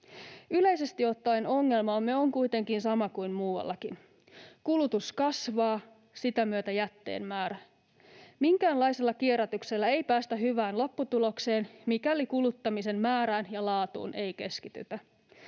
Yleisesti ottaen ongelmamme on kuitenkin sama kuin muuallakin: kulutus kasvaa, sitä myötä jätteen määrä. Minkäänlaisella kierrätyksellä ei päästä hyvään lopputulokseen, mikäli kuluttamisen määrään ja laatuun ei keskitytä.